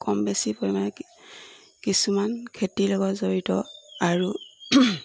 কম বেছি পৰিমাণে কিছুমান খেতি লগত জড়িত আৰু